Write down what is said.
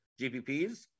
GPPs